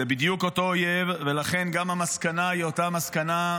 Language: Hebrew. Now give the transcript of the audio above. זה בדיוק אותו אויב ולכן גם המסקנה היא אותה המסקנה,